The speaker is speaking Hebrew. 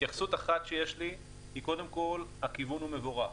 התייחסות אחת שיש לי היא שקודם כל הכיוון הוא מבורך.